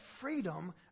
freedom